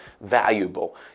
valuable